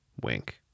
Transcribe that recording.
wink